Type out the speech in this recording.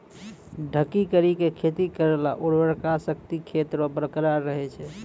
ढकी करी के खेती करला उर्वरा शक्ति खेत रो बरकरार रहे छै